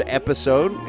episode